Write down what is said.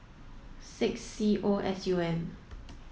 six C O S U M